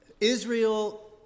Israel